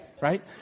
right